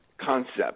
concept